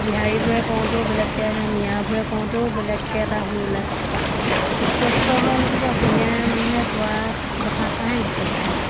বিহাৰীবোৰে কওঁতেও বেলেগকৈ আহে মিয়াবোৰে কওঁতেও বেলেগকৈ এটা সুৰ ওলায় স্পষ্ট হয় মুঠতে অসমীয়া মানুহে কোৱা কথাষাৰহে স্পষ্ট হয়